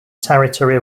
territory